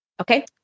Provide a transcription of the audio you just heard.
Okay